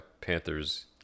Panthers